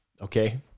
okay